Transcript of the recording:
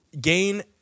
gain